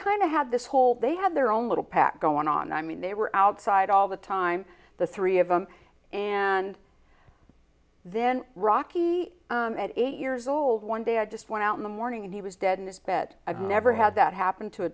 of had this whole they had their own little pack going on i mean they were outside all the time the three of them and then rocky at eight years old one day i just went out in the morning and he was dead in his bed i've never had that happen to a